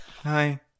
Hi